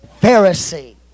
Pharisee